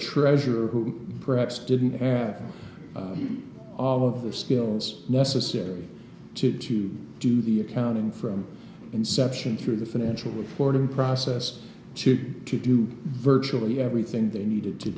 treasure who perhaps didn't add all of the skills necessary to to do the accounting from inception through the financial reporting process chip to do virtually everything they needed to